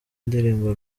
ndirimbo